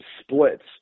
splits